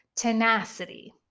tenacity